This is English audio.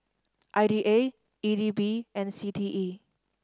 I D A E D B and C T E